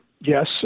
yes